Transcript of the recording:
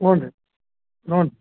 ಹ್ಞೂ ರೀ ಹ್ಞೂ